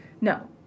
No